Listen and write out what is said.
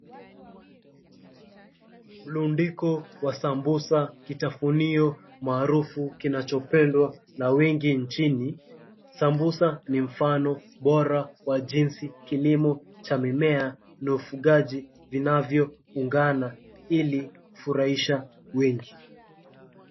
Mrundiko wa sambusa kitafunio maarufu kinachopendwa na wengi nchini. Sambusa ni mfano bora wa jinsi kilimo cha mimea na ufugaji vinavyoungana ili kufurahisha wengi.